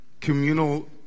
communal